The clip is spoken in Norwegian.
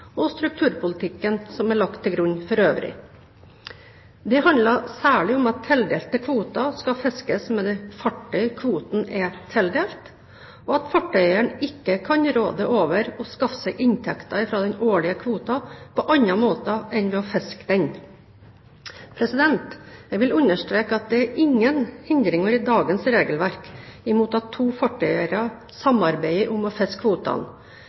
og strukturpolitikken som er lagt til grunn for øvrig. Dette handler særlig om at tildelte kvoter skal fiskes med det fartøy kvoten er tildelt, og at fartøyeieren ikke kan råde over og skaffe seg inntekter fra den årlige kvoten på andre måter enn ved å fiske den. Jeg vil understreke at det er ingen hindringer i dagens regelverk mot at to fartøyeiere samarbeider om å fiske kvotene,